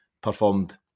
performed